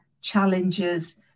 challenges